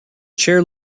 chair